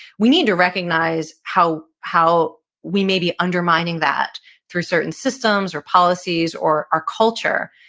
we need to recognize how how we may be undermining that through certain systems or policies or our culture,